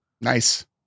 Nice